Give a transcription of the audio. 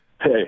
hey